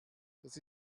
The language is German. das